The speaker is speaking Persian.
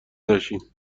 نشیم